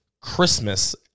Christmas